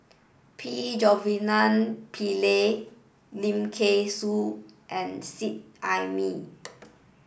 P Pillai Lim Kay Siu and Seet Ai Mee